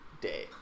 day